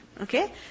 Okay